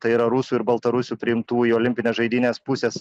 tai yra rusų ir baltarusių priimtų į olimpines žaidynes pusės